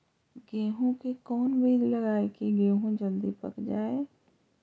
गेंहू के कोन बिज लगाई कि गेहूं जल्दी पक जाए?